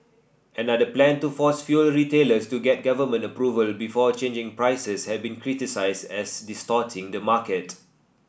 another plan to force fuel retailers to get government approval before changing prices has been criticised as distorting the market